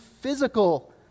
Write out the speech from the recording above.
physical